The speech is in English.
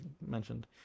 mentioned